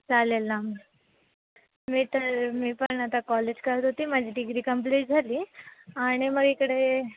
चालेल ना मी तर मी पण आता कॉलेज करत होती माझी डिग्री कंप्लीट झाली आणि मग इकडे